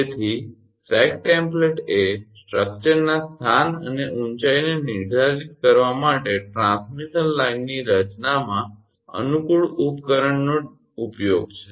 તેથી sag template એ structure ના સ્થાન અને ઊંચાઈને નિર્ધારિત કરવા માટે ટ્રાન્સમિશન લાઇનની રચનામાં અનુકૂળ ઉપકરણનો ઉપયોગ છે